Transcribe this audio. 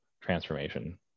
transformation